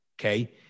okay